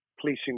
policing